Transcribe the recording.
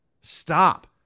stop